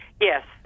Yes